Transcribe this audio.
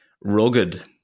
rugged